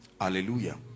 Hallelujah